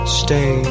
stay